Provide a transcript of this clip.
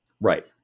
right